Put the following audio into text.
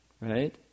right